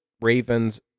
Ravens